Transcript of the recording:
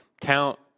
count